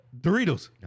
Doritos